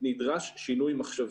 נדרש שינוי מחשבתי,